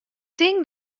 tink